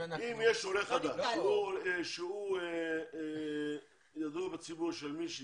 אם יש עולה חדש שהוא ידוע בציבור של מישהי